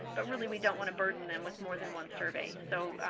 but really we don't want to burden them with more than one survey. so,